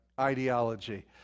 ideology